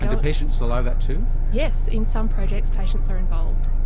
and do patients allow that too? yes, in some projects patients are involved.